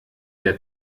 der